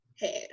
hair